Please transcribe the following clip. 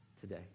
today